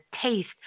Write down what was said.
taste